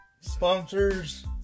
sponsors